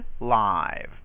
live